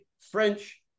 French